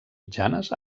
mitjanes